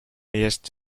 nearest